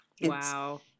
Wow